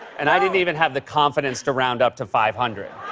and i didn't even have the confidence to round up to five hundred.